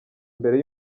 mbere